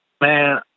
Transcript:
Man